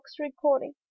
recording